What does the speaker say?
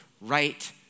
right